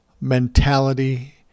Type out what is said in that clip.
mentality